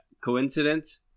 coincidence